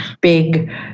big